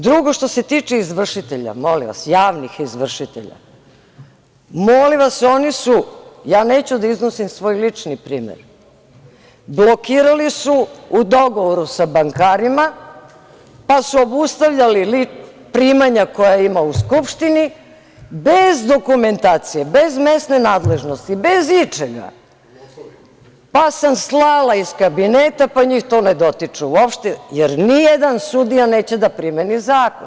Drugo, što se tiče izvršitelja, molim vas, javnih izvršitelja, oni su, ja neću da iznosim svoj lični primer, blokirali su u dogovoru sa bankarima, pa su obustavljali primanja koja ima u Skupštini bez dokumentacije, bez mesne nadležnosti, bez ičega, pa sam slala iz kabineta, pa njih to ne dotiče uopšte, jer nijedan sudija neće da primeni zakon.